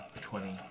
twenty